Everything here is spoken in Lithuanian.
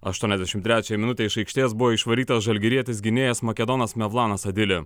aštuoniasdešim trečiąją minutę iš aikštės buvo išvarytas žalgirietis gynėjas makedonas mevlanas adili